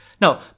Now